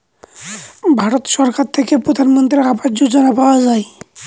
ভারত সরকার থেকে প্রধানমন্ত্রী আবাস যোজনা পাওয়া যায়